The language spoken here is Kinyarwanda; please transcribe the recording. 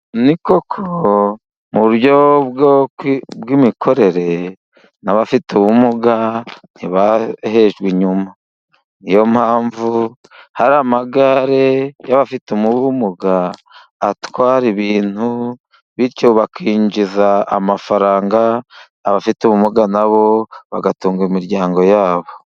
Ni koko mu buryo bw'imikorere n'abafite ubumuga ntibahejejwe inyuma. Niyo mpamvu hari amagare y'abafite ubumuga, atwara ibintu. Bityo bakinjiza amafaranga. Abafite ubumuga na bo bagatanga imiryango yabo.